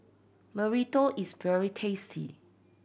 burrito is very tasty